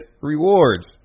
rewards